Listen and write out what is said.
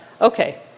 Okay